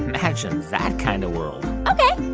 imagine that kind of world ok